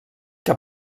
que